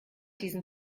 diesen